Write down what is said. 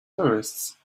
tourists